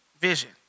vision